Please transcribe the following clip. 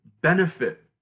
benefit